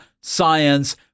science